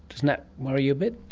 doesn't that worry you a bit?